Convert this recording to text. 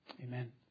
Amen